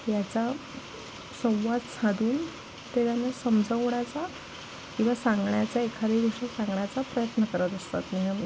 याचा संवाद साधून ते त्यांना समजवण्याचा किंवा सांगण्याचा एखादे दिवशी सांगण्याचा प्रयत्न करत असतात नेहमी